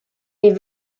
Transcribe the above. les